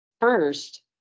first